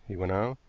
he went on,